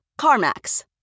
CarMax